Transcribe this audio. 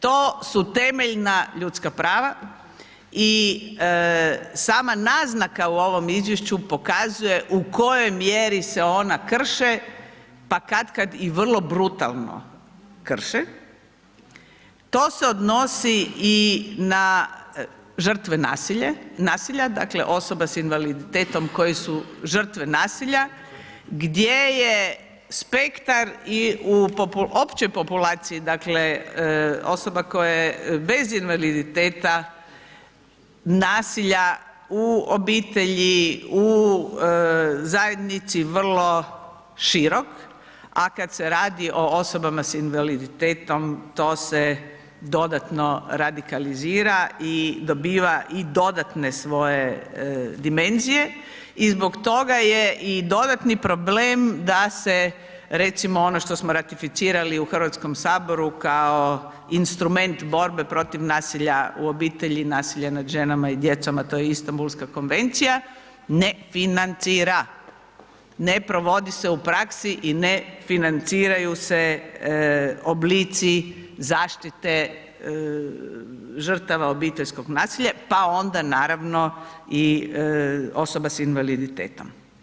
To su temeljna ljudska prava i sama naznaka u ovom izvješću pokazuje u kojoj mjeri se ona krše, pa katkad i vrlo brutalno krše, to se odnosi i na žrtve nasilja, dakle, osoba s invaliditetom koje su žrtve nasilja, gdje je spektar i u općoj populaciji, dakle, osoba koje bez invaliditeta, nasilja u obitelji, u zajednici, vrlo širok, a kad se radi s osobama s invaliditetom to se dodatno radikalizira i dobiva i dodatne svoje dimenzije i zbog toga je i dodatni problem da se, recimo ono što smo ratificirali u HS kao instrument borbe protiv nasilja u obitelji, nasilja nad ženama i djecom, a to je Istambulska konvencija, ne financira, ne provodi se u praksi i ne financiraju se oblici zaštite žrtava obiteljskog nasilja, pa onda naravno i osoba s invaliditetom.